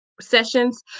sessions